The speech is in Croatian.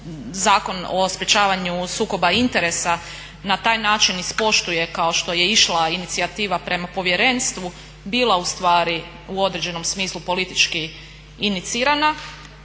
Zakon o sprečavanju sukoba interesa na taj način ispoštuje kao što je išla inicijativa prema povjerenstvu bila ustvari u određenom smislu politički inicirana